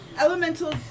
Elemental